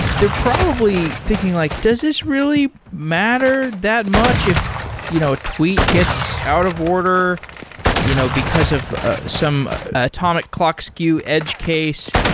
they're probably thinking like, does this really matter that much if you know a tweet gets out of order you know because of ah some atomic clock skew edge case?